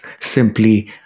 simply